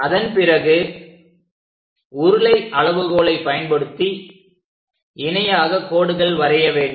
அதன் பிறகு உருளை அளவுகோலை பயன்படுத்தி இணையாக கோடுகள் வரைய வேண்டும்